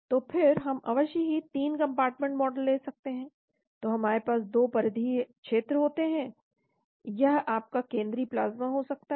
तो फिर हम अवश्य ही 3 कम्पार्टमेंट मॉडल ले सकते हैं तो हमारे पास 2 परिधीय क्षेत्र होते हैं यह आपका केंद्रीय प्लाज्मा हो सकता है